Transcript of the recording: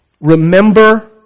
Remember